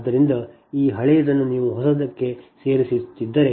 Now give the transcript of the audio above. ಆದ್ದರಿಂದ ಈ ಹಳೆಯದನ್ನು ನೀವು ಹೊಸದಕ್ಕೆ ಸೇರಿಸುತ್ತಿದ್ದರೆ